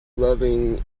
loving